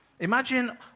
Imagine